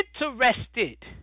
interested